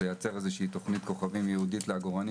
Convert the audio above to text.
לייצר איזו תוכנית כוכבים ייעודית לעגורנים